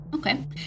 Okay